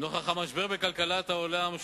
נוכח המשבר בכלכלת העולם,